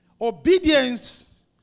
Obedience